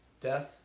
Death